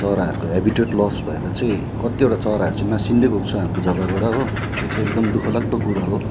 चराहरूको habitat loss भएर चाहिँ कतिवटा चराहरू चाहिँ मासिँदै गएको छ जगाबाट हो त्यो चाहिँ एकदम दुःख लाग्दो कुरो हो